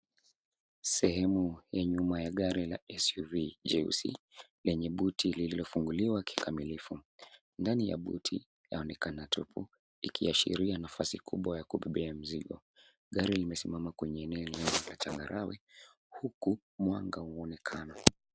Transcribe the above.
Sehemu ya nyuma ya gari la SUV jeusi lenye buti lililofunguliwa kikamilifu. Ndani ya buti, yaonekana trupu ikiashiria nafasi kubwa ya kubebea mizigo. Gari limesimama kwenye eneo lenye changarawe huku mwanga huonekana.